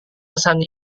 pesan